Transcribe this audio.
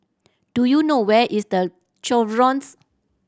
do you know where is The Chevrons